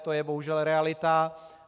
To je bohužel realita.